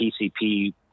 PCP